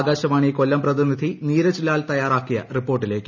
ആകാശവാണി കൊല്ലം പ്രതിനിധി നീരജ്ലാൽ തയ്യാറാക്കിയ റിപ്പോർട്ടിലേയ്ക്ക്